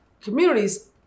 communities